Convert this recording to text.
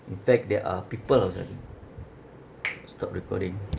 in fact there are people outside there stop recording